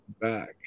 back